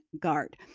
guard